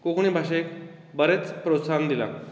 कोंकणी भाशेक बरेंच प्रोत्साहन दिलां